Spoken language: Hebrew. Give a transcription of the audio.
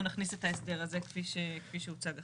נכניס את ההסדר הזה כפי שהוצג עכשיו.